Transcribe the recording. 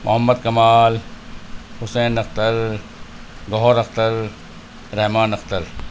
Muhammad Kamal Hussain Akhtar Gohar Akhtar Rahman Akhtar